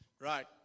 Right